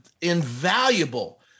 invaluable